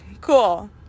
cool